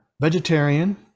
vegetarian